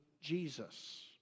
Jesus